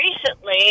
recently